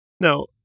Now